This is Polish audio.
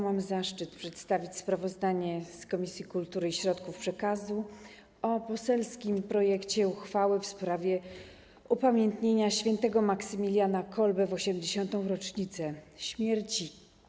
Mam zaszczyt przedstawić sprawozdanie Komisji Kultury i Środków przekazu o poselskim projekcie uchwały w sprawie upamiętnienia świętego Maksymiliana Kolbe w 80. rocznicę śmierci.